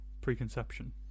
preconception